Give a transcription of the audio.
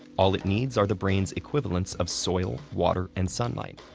all it needs are the brain's equivalents of soil, water, and sunlight.